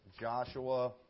Joshua